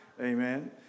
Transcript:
amen